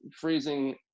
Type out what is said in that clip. freezing